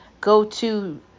go-to